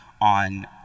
on